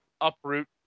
uproot